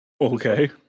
Okay